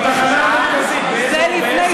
צעקות, זה כן.